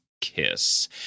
kiss